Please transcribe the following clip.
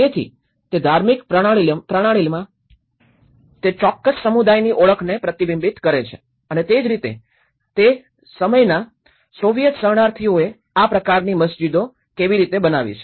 તેથી તે ધાર્મિક પ્રણાલીમાં તે ચોક્કસ સમુદાયની ઓળખને પ્રતિબિંબિત કરે છે અને તે જ રીતે તે સમયના સોવિયત શરણાર્થીઓએ આ પ્રકારની મસ્જિદો કેવી રીતે બનાવી છે